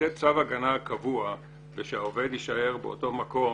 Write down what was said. לתת צו הגנה קבוע ושהעובד יישאר באותו מקום,